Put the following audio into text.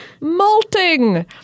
Molting